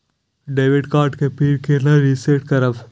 Debit card के PIN केना reset करब?